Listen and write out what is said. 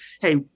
Hey